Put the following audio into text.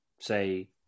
say